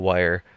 Wire